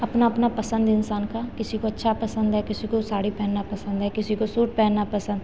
अपना अपना पसंद है इंसान का किसी को अच्छा पसंद है किसी को साड़ी पहनना पसंद है किसी को सूट पहनना पसंद